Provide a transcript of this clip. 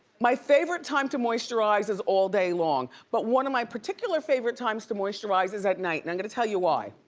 my favorite time to moisturize is all day long but one of my particular favorite times to moisturize is at night, and i'm gonna tell you why.